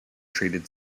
treated